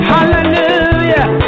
Hallelujah